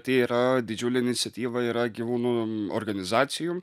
tai yra didžiulė iniciatyva yra gyvūnų organizacijų